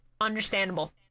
Understandable